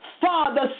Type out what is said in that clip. Father